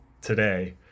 today